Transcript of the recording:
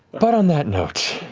but on that note,